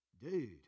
dude